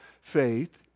faith